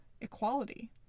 equality